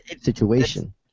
situation